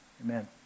Amen